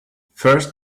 first